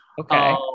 Okay